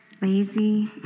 lazy